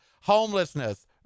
Homelessness